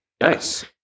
Nice